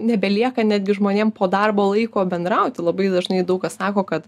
nebelieka netgi žmonėm po darbo laiko bendrauti labai dažnai daug kas sako kad